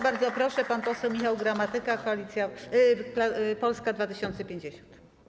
Bardzo proszę, pan poseł Michał Gramatyka, Polska 2050.